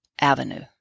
avenue